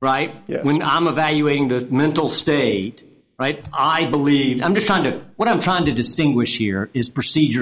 right when i'm a valuing the mental state right i believe i'm just kind of what i'm trying to distinguish here is procedure